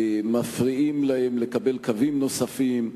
מפריעים להם לקבל קווים נוספים,